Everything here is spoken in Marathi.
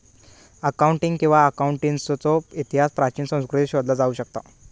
अकाऊंटिंग किंवा अकाउंटन्सीचो इतिहास प्राचीन संस्कृतींत शोधला जाऊ शकता